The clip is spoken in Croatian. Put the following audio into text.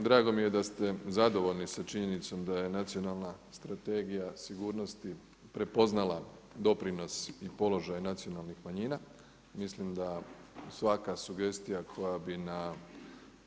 Drago mi je da ste zadovoljni sa činjenicom da je nacionalna strategija sigurnosti prepoznala doprinosi položaj nacionalnih manjina, mislim da svaka sugestija koja bi na